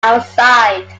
outside